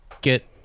Get